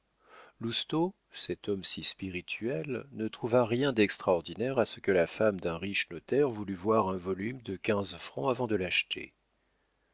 lousteau cet homme si spirituel ne trouva rien d'extraordinaire à ce que la femme d'un riche notaire voulût voir un volume de quinze francs avant de